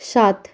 সাত